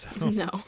No